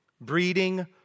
breeding